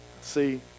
see